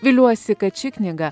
viliuosi kad ši knyga